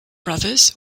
brothers